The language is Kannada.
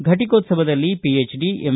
ಫಟಕೋತ್ಸವದಲ್ಲಿ ಪಿಹೆಚ್ಡಿ ಎಂ